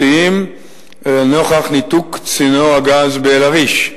הממשלתיים נוכח ניתוק צינור הגז באל-עריש.